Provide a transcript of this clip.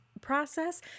process